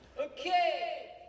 Okay